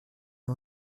nom